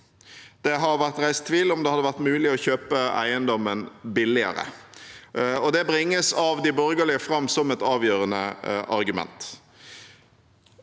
Det har vært reist tvil om det hadde vært mulig å kjøpe eiendommen billigere, og det bringes av de borgerlige fram som et avgjørende argument.